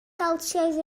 geltaidd